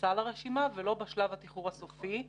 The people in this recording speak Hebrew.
כניסה לרשימה ולא בשלב התיחור הסופי.